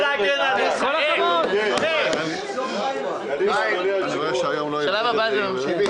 את הרכבת החשמלית בין ירושלים לתל אביב.